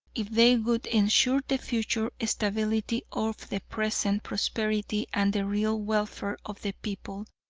if they would ensure the future stability of the present prosperity and the real welfare of the people,